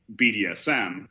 BDSM